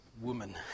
woman